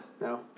No